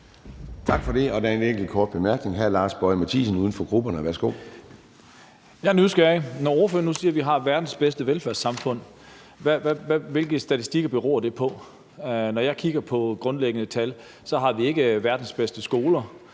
Tak for det. Der er en enkelt kort bemærkning. Hr. Lars Boje Mathiesen, uden for grupperne. Værsgo. Kl. 10:52 Lars Boje Mathiesen (UFG): Jeg er nysgerrig. Når ordføreren nu siger, vi har verdens bedste velfærdssamfund, hvilke statistikker bygger det så på? Når jeg kigger på grundlæggende tal, har vi ikke verdens bedste skoler,